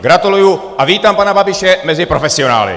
Gratuluji a vítám pana Babiše mezi profesionály.